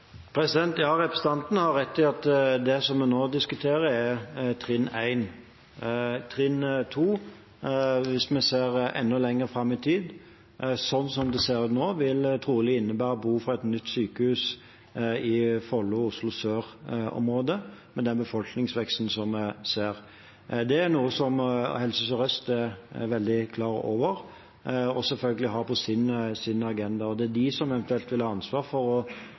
Ja, representanten har rett i at det vi nå diskuterer, er trinn én. Trinn to, hvis vi ser enda lenger fram i tid, slik det ser ut nå, vil trolig innebære behov for et nytt sykehus i området Follo–Oslo sør, med den befolkningsveksten som vi ser. Det er noe som Helse Sør-Øst er veldig klar over og selvfølgelig har på sin agenda. Det er de som eventuelt vil ha ansvar for å avgjøre på hvilket tidspunkt det er riktig å ha en dialog med kommunene om å